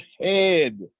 head